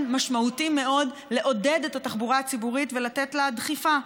משמעותי מאוד את התחבורה הציבורית ולתת לה דחיפה.